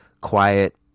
quiet